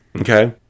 Okay